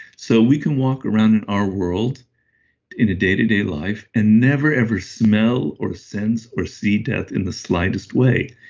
so we can walk around in our world in a day to day life and never ever smell or sense or see death in the slightest way.